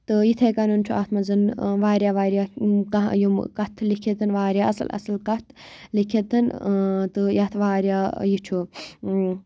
تہٕ یِتھَے کَنۍ چھُ اَتھ منٛز ٲں واریاہ واریاہ یِم ٲم یِمہٕ کَتھہٕ لِؠکھِتھ واریاہ اَصٕل اصٕل کَتھ لِؠکِتھ ٲں یَتھ وارِیاہ یہِ چھُ